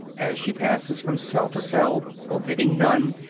as she passes from cell to cell, omitting none,